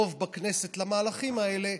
ורוב בכנסת למהלכים האלה,